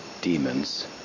demons